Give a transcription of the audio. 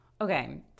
okay